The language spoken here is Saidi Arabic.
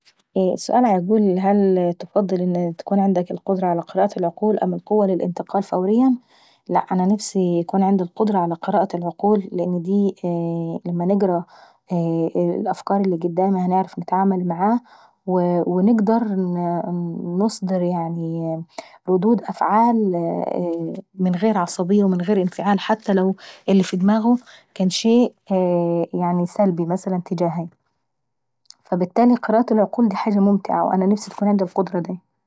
السؤال بيقول هل تفضل القدرة على التحكم في العقول أو القدرة للانتقال فوريا؟ لاء أنا نفسي يكون عندي القدرة على قراءة العقول لأن دي لما هنقرا أفكار الي قدامي هنعرف نتعامل معاه، ونقدر نصدر يعني ردود أفعال من غير عصبية ومن غير انفعال حتى لو اللي ف ضماغه كان شيء يعني سلبي مثلا تجاهاي فالبتالي قراءة العقول دي حاجة ممتعة وانا كان نفسي يكون عندي القدرة داي.